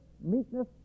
meekness